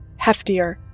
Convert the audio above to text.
heftier